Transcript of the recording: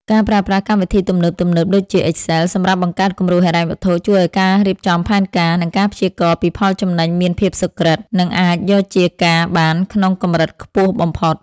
ការប្រើប្រាស់កម្មវិធីទំនើបៗដូចជា Excel សម្រាប់បង្កើតគំរូហិរញ្ញវត្ថុ ជួយឱ្យការរៀបចំផែនការ និងការព្យាករណ៍ពីផលចំណេញមានភាពសុក្រឹត និងអាចយកជាការបានក្នុងកម្រិតខ្ពស់បំផុត។